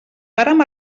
vàrem